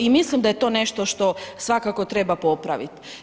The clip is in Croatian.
I mislim da je to nešto što svakako treba popraviti.